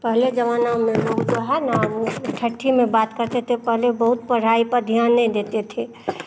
पहले जमाना में हम जो है ना ठठी में बात करते थे पहले बहुत पढ़ाई पर ध्यान नहीं देते थे